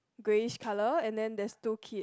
greyish colour and then there's two kids